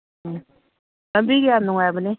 ꯎꯝ ꯂꯝꯕꯤꯒ ꯌꯥꯝ ꯅꯨꯡꯉꯥꯏꯕꯅꯦ